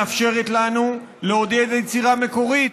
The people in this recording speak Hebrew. מאפשרת לנו לעודד יצירה מקורית,